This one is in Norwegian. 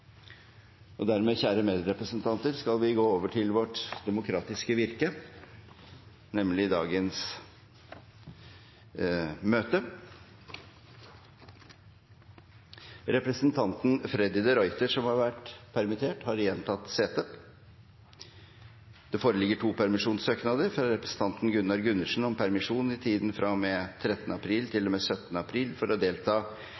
Representanten Freddy de Ruiter, som har vært permittert, har igjen tatt sete. Det foreligger to permisjonssøknader: fra representanten Gunnar Gundersen om permisjon i tiden fra og med 13. april til og med 17. april for å delta